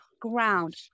ground